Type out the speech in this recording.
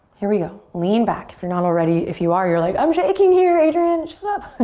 here we go, lean back, if you're not already. if you are, you're like, i'm shaking here, adriene. shut up!